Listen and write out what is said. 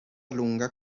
lunga